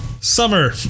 summer